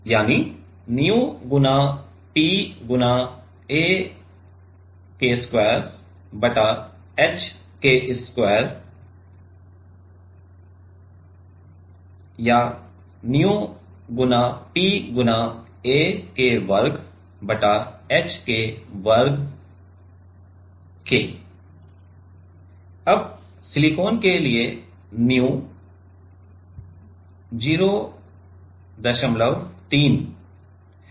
यानी nu गुणा P गुणा a वर्ग बटा h वर्ग अब सिलिकॉन के लिए nu 03 है